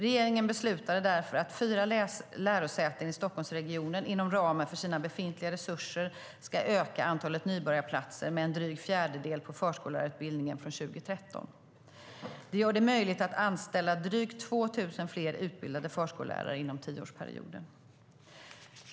Regeringen beslutade därför att fyra lärosäten i Stockholmsregionen inom ramen för sina befintliga resurser ska öka antalet nybörjarplatser med en dryg fjärdedel på förskollärarutbildningen från 2013. Det gör det möjligt att anställa drygt 2 000 fler utbildade förskollärare inom en tioårsperiod.